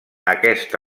aquest